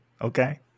okay